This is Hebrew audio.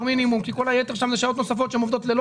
מינימום כי כל היתר שם זה שעות נוספות שהן עובדות לילות,